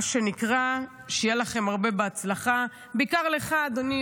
מה שנקרא: שיהיה לכם הרבה בהצלחה; בעיקר לך אדוני,